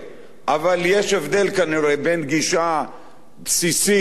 אבל יש הבדל כנראה בין גישה בסיסית והבנת